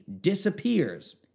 disappears